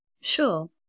Sure